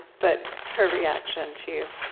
but her reaction to